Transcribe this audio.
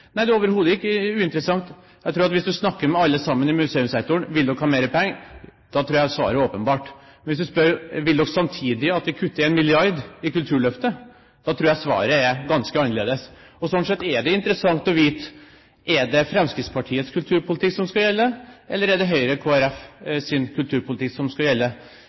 Nei, det er overhodet ikke uinteressant. Hvis en spør alle i museumssektoren om de vil ha mer penger, tror jeg svaret er åpenbart. Men hvis du spør: Vil dere samtidig at en kutter 1 mrd. kr i Kulturløftet? Da tror jeg svaret blir ganske annerledes. Slik sett er det interessant å vite om det er Fremskrittspartiets kulturpolitikk som skal gjelde, eller om det er Høyres og Kristelig Folkepartis kulturpolitikk som skal gjelde.